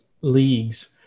leagues